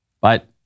But-